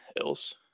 else